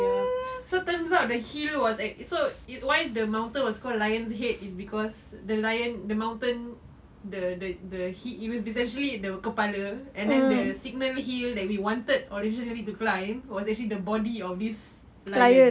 ya so turns out the hill was like so why the mountain was called lion's head is cause the lion the mountain the the the head it was actually the kepala and then there's signal hill that we wanted to originally to climb was actually the body of this lion